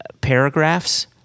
paragraphs